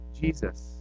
Jesus